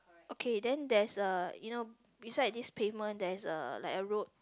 okay then that's a you know beside this pavement there's a like a road